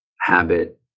habit